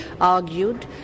argued